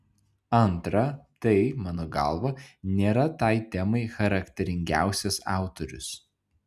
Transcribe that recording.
antra tai mano galva nėra tai temai charakteringiausias autorius